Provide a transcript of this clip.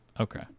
okay